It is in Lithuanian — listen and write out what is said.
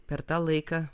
per tą laiką